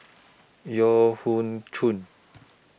Yeo Hoe